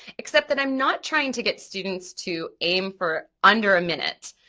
except that i'm not trying to get students to aim for under a minute.